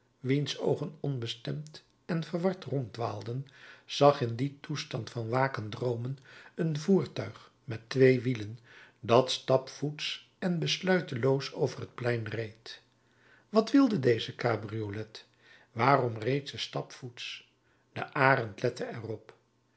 wiens oogen onbestemd en verward ronddwaalden zag in dien toestand van wakend droomen een voertuig met twee wielen dat stapvoets en besluiteloos over het plein reed wat wilde deze cabriolet waarom reed ze stapvoets de arend lette er